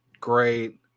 great